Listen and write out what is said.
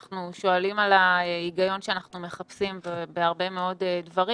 אנחנו שואלים על ההיגיון שאנחנו מחפשים בהרבה מאוד דברים.